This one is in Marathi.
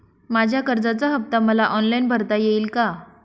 माझ्या कर्जाचा हफ्ता मला ऑनलाईन भरता येईल का?